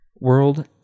world